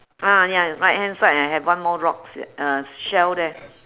ah ya right hand side I have one more rocks y~ uh shell there